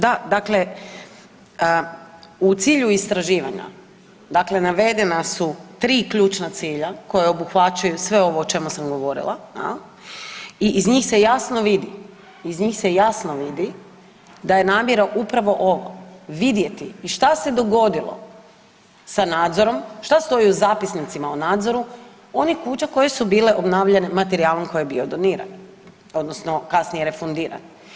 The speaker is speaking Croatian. Da, dakle u cilju istraživanja, dakle navedena su 3 ključna cilja koja obuhvaćaju sve ovo o čemu sam govorila jel i iz njih se jasno vidi, iz njih se jasno vidi da je namjera upravo ovo vidjeti i šta se dogodilo sa nadzorom, šta stoji u zapisnicima o nadzoru onih kuća koje su bile obnavljane materijalom koji je bio doniran odnosno kasnije refundiran.